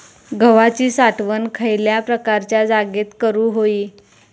गव्हाची साठवण खयल्या प्रकारच्या जागेत करू होई?